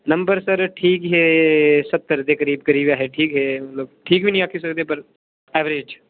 number sir ठीक हे सत्तर दे करीब करीब हे ठीक हे मतलब ठीक बी नि आक्खी सकदे पर एवरेज